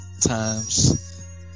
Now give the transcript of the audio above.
times